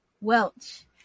welch